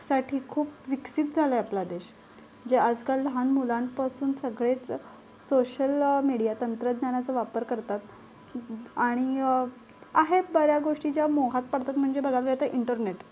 साठी खूप विकसित झालाय आपला देश जे आजकाल लहान मुलांपासून सगळेच सोशल मीडिया तंत्रज्ञानाचा वापर करतात आणि आहेत बऱ्या गोष्टी ज्या मोहात पडतात म्हणजे बघायला गेलं तर इंटरनेट